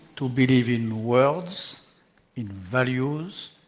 to believe in words, in values,